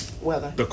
weather